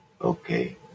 okay